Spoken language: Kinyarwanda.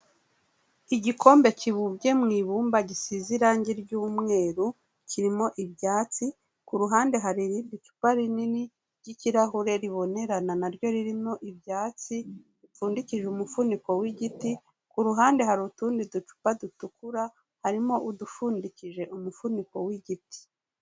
Igikombe kibumbye mu ibumba gisize irangi ry'umweru, kirimo ibyatsi, ku ruhande hari irindi cupa rinini ry'ikirahure ribonerana naryo ririmo ibyatsi bipfundikije umufuniko w'igiti, ku ruhande hari utundi ducupa dutukura harimo udupfundikije umufuniko w'igiti.